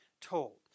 told